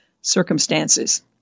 circumstances